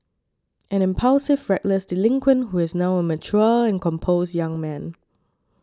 an impulsive reckless delinquent who is now a mature and composed young man